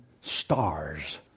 stars